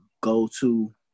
go-to